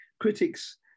critics